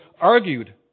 argued